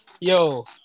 yo